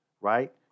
right